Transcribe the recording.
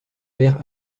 père